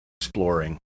exploring